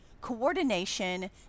coordination